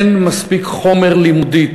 אין מספיק חומר לימודי,